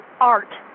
art